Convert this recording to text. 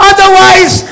Otherwise